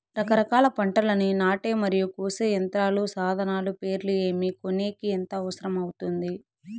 రకరకాల పంటలని నాటే మరియు కోసే యంత్రాలు, సాధనాలు పేర్లు ఏమి, కొనేకి ఎంత అవసరం అవుతుంది?